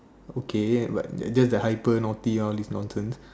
okay but just that hyper naughty all these nonsense